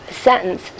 sentence